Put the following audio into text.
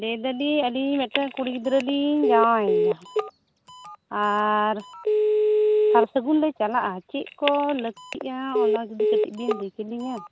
ᱞᱟᱹᱭᱮᱫᱟ ᱞᱤᱧ ᱟᱹᱞᱤᱧ ᱢᱤᱫ ᱴᱮᱡ ᱠᱩᱲᱤ ᱜᱤᱫᱽᱨᱟᱹ ᱞᱤᱧ ᱡᱟᱶᱟᱭ ᱮᱭᱟ ᱟᱨ ᱥᱟᱨ ᱥᱟᱹᱜᱩᱱ ᱞᱮ ᱪᱟᱞᱟᱜᱼᱟ ᱪᱮᱫ ᱠᱚ ᱞᱟᱹᱠᱛᱤᱜᱼᱟ ᱚᱱᱟ ᱡᱩᱫᱤ ᱠᱟᱹᱴᱤᱡ ᱵᱤᱱ ᱞᱟᱹᱭ ᱠᱤᱞᱤᱧᱟ